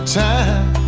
time